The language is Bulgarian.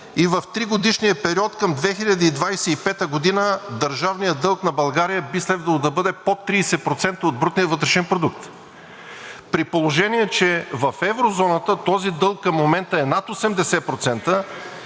и в тригодишния период към 2025 г. държавният дълг на България би следвало да бъде под 30% от брутния вътрешен продукт. При положение че в еврозоната този дълг към момента е над 80%